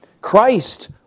Christ